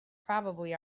probably